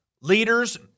leaders